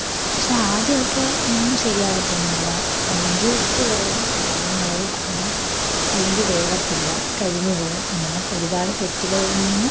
പക്ഷേ ആദ്യം ഒക്കെ ഒന്നും ശരിയാവത്തൊന്നുമില്ല ഒന്നുകിൽ ഉപ്പ് കുറയും അല്ലെങ്കിൽ മുളക് കൂടും അല്ലെങ്കിൽ വേവത്തില്ല കരിഞ്ഞ് പോവും ഇങ്ങനെ ഒരുപാട് തെറ്റുകളിൽ നിന്ന്